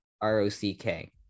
R-O-C-K